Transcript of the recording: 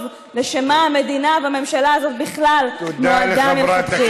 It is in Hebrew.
לשם מה המדינה והממשלה הזאת בכלל נועדה מלכתחילה.